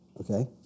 okay